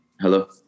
hello